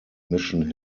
mission